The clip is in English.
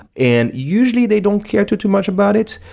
and usually they don't care too too much about it,